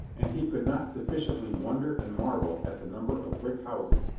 and he could not sufficiently wonder and marvel at the number of brick houses,